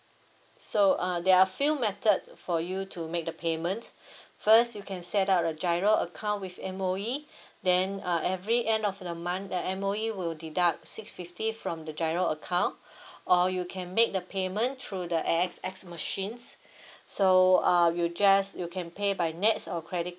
so uh there are a few method for you to make the payment first you can set up the GIRO account with M_O_E then uh every end of the month the M_O_E will deduct six fifty from the GIRO account or you can make the payment through the A_X_S machines so uh you just you can pay by NETS or credit